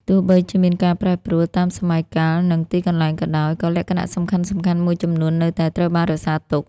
ទោះបីជាមានការប្រែប្រួលតាមសម័យកាល និងទីកន្លែងក៏ដោយ ក៏លក្ខណៈសំខាន់ៗមួយចំនួននៅតែត្រូវបានរក្សាទុក។